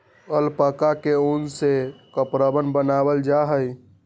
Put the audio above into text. alpaca के उन से कपड़वन बनावाल जा हई